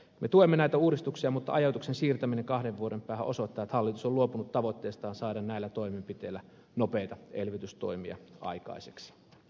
me tuemme näitä uudistuksia mutta ajoituksen siirtäminen kahden vuoden päähän osoittaa että hallitus on luopunut tavoitteestaan saada näillä toimenpiteillä nopeita elvytystoimia aikaiseksi